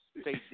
state